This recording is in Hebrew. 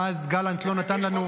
ואז גלנט לא נתן לנו.